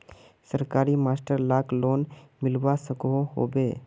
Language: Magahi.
सरकारी मास्टर लाक लोन मिलवा सकोहो होबे?